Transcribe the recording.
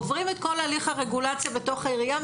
עוברים את כל הליך הרגולציה בתוך העירייה,